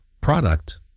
product